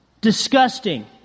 Disgusting